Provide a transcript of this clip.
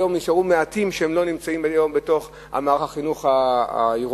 היום נשארו מעטים שלא נמצאים בתוך מערך החינוך העירוני.